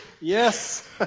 Yes